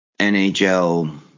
NHL